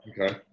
Okay